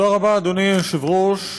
תודה רבה, אדוני היושב-ראש,